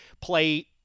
play